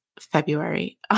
February